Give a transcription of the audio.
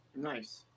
Nice